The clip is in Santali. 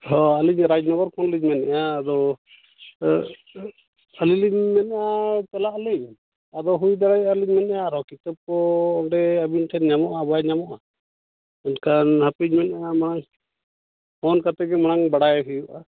ᱦᱚᱸ ᱟᱹᱞᱤᱧ ᱨᱟᱡᱽᱱᱚᱜᱚᱨ ᱠᱷᱚᱱᱞᱤᱧ ᱢᱮᱱᱮᱜᱼᱟ ᱟᱫᱚ ᱟᱹᱞᱤᱧ ᱞᱤᱧ ᱢᱮᱱᱮᱜᱼᱟ ᱪᱟᱞᱟᱜ ᱟᱹᱞᱤᱧ ᱟᱫᱚ ᱦᱩᱭ ᱵᱟᱲᱟᱭᱮᱜᱼᱟ ᱞᱤᱧ ᱢᱮᱱᱮᱜᱼᱟ ᱟᱨᱚ ᱠᱤᱛᱟᱹᱵ ᱠᱚ ᱚᱸᱰᱮ ᱟᱹᱵᱤᱱ ᱴᱷᱮᱱ ᱧᱟᱢᱚᱜᱼᱟ ᱵᱟᱭ ᱧᱟᱢᱚᱜᱼᱟ ᱮᱱᱠᱷᱟᱱ ᱦᱟᱯᱮᱧ ᱢᱮᱱᱮᱜᱼᱟ ᱢᱟ ᱯᱷᱳᱱ ᱠᱟᱛᱮᱜᱮ ᱢᱟᱲᱟᱝ ᱵᱟᱰᱟᱭ ᱦᱩᱭᱩᱜᱼᱟ